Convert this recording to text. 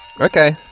Okay